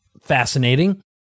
fascinating